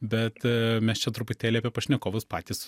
bet mes čia truputėlį apie pašnekovus patys